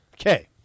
Okay